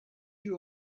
you